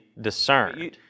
discerned